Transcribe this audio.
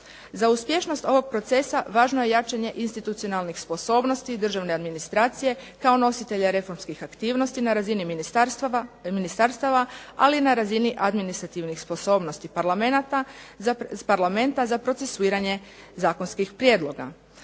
Za uspješnost ovog procesa važno je jačanje institucionalnih sposobnosti, državne administracije kao nositelja reformskih aktivnosti na razini ministarstava, ali i na razini administrativnih sposobnosti Parlamenta za procesuiranje zakonskih prijedloga.